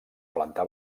planta